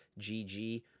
gg